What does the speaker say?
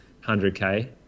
100k